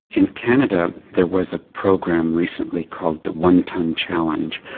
in canada there was a program recently called the one tonne challenge,